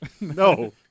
No